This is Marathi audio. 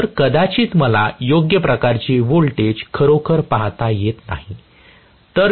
तर कदाचित मला योग्य प्रकारचे व्होल्टेज खरोखर पाहता येत नाही